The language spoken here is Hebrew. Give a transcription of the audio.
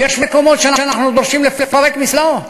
יש מקומות שאנחנו דורשים לפרק מסלעות,